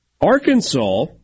Arkansas